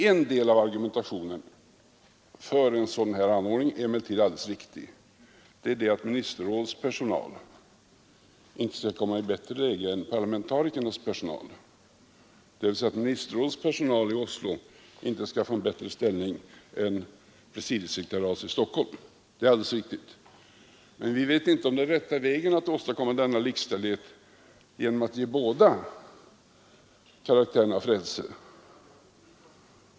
En del av argumentationen för en sådan här anordning är emellertid alldeles riktig, nämligen att ministerrådets personal inte skall komma i ett bättre läge än parlamentarikernas personal, dvs. att ministerrådets sekretariats personal i Oslo inte skall få bättre ställning än presidiesekretariatets personal i Stockholm. Det är alldeles riktigt, men vi vet inte om det är rätt väg att åstadkomma denna likställighet genom att ge båda karaktären av frälse.